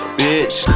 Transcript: bitch